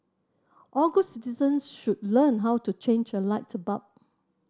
all good citizens should learn how to change a light bulb